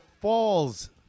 Falls